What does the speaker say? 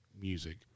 music